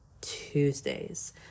tuesdays